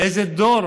איזה דור